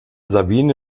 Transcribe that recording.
sabine